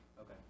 Okay